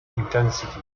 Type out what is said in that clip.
intensity